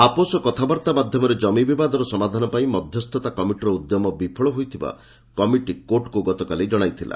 ଆପୋଷ କଥାବାର୍ତ୍ତା ମାଧ୍ୟମରେ କମି ବିବାଦର ସମାଧାନ ପାଇଁ ମଧ୍ୟସ୍ଥତା କମିଟିର ଉଦ୍ୟମ ବିଫଳ ହୋଇଥିବା କମିଟି କୋର୍ଟ୍କୁ ଗତକାଲି କଣାଇଥିଲା